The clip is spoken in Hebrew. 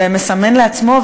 ומסמן לעצמו.